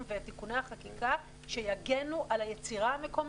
ואת תיקוני החקיקה שיגנו על היצירה המקומית,